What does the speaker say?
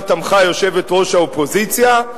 שתמכה בה יושבת-ראש האופוזיציה.